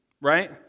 Right